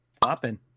popping